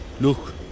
Look